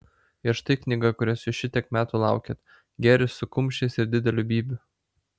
ir štai knyga kurios jūs šitiek metų laukėt gėris su kumščiais ir dideliu bybiu